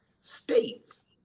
states